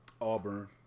Auburn